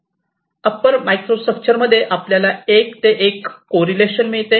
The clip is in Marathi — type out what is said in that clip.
अप्पर मायक्रो स्ट्रक्चर मध्ये आपल्याला एक ते एक कोरिलेशन मिळते